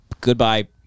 Goodbye